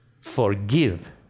forgive